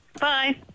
Bye